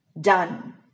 Done